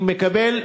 אני מקבל.